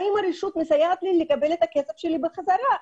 האם הרשות מסייעת לו לקבל את הכסף שלו בחזרה?